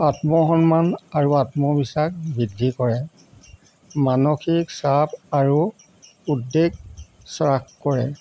আত্মসন্মান আৰু আত্মবিশ্বাস বৃদ্ধি কৰে মানসিক চাপ আৰু উদ্বেগ হ্ৰাস কৰে